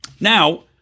Now